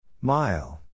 Mile